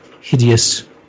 hideous